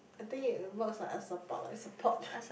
I think it works like a support like support